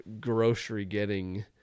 grocery-getting